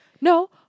no